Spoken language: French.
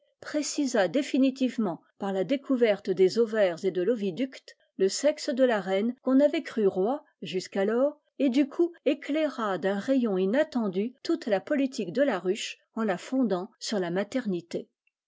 précisa définitivement par la découverte des ovaires et de l'oviduete le sexe de la reine qu'on avait crue roi jusqu'alors et du coup éclaira d'un rayon inattendu toute la politique de la ruche en la fondant sur la maternité